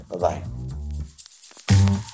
bye-bye